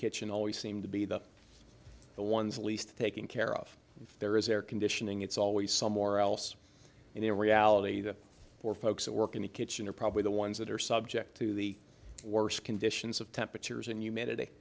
kitchen always seem to be the the ones least taking care of if there is air conditioning it's always somewhere else in their reality the poor folks that work in the kitchen are probably the ones that are subject to the worst conditions of temperatures and humanity